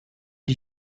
die